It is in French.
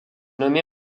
nommée